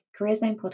CareerZonePodcast